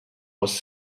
was